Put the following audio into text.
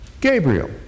Gabriel